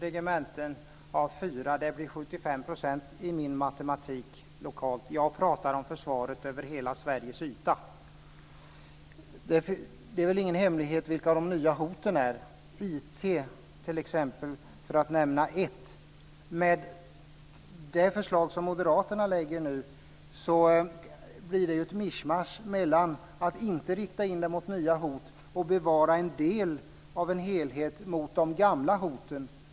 Fru talman! Tre lokala regementen av fyra är i min matematik 75 %. Jag pratar om försvaret över hela Sveriges yta. Det är väl ingen hemlighet vilka de nya hoten är. Ett gäller IT, för att nämna ett exempel. Med det förslag som moderaterna nu lägger fram blir det ett mischmasch, ett mellanting mellan att inte inrikta sig mot nya hot och att bevara en del av en helhet som riktar sig mot de gamla hoten.